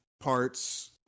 parts